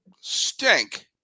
stink